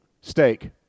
Steak